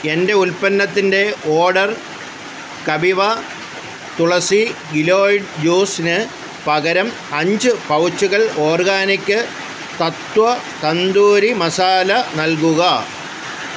എന്റെ ഉൽപ്പന്നത്തിന്റെ ഓർഡർ കബിവ തുളസി ഗിലോയ് ജ്യൂസിന് പകരം അഞ്ച് പൗച്ചുകൾ ഓർഗാനിക് തത്വ തന്തൂരി മസാല നൽകുക